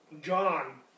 John